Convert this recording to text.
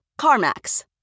CarMax